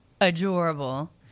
adorable